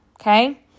Okay